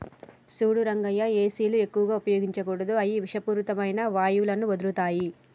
సూడు రంగయ్య ఏసీలు ఎక్కువగా ఉపయోగించకూడదు అయ్యి ఇషపూరితమైన వాయువుని వదులుతాయి